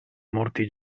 molti